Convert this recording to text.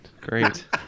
Great